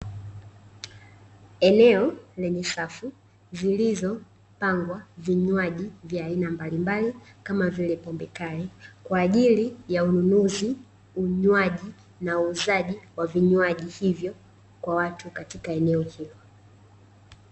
Eneo lenye safu zilizopangwa vinywaji vya aina mbalimbali, kama vile pombe kali, kwa ajili ya ununuzi, unywaji, na uuzaji wa vinywaji hivyo kwa watu katika eneo hilo.